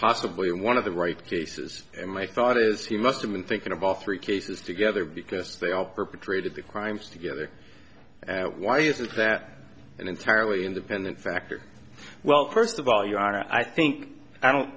possibly in one of the right cases and my thought is he must have been thinking of all three cases together because they all perpetrated these crimes together and why isn't that an entirely independent factor well first of all your honor i think i don't